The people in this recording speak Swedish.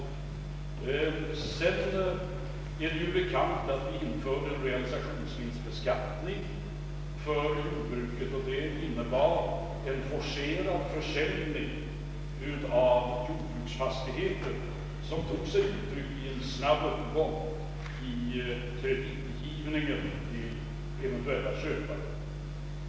Sedan är det ju bekant att vi införde en realisationsvinstbeskattning för jordbruket. Det medförde en forcerad försäljning av jordbruksfastigheter, som tog sig uttryck i en snabb uppgång i kreditgivningen till blivande köpare.